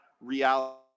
reality